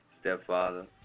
stepfather